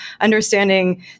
understanding